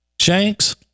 Shanks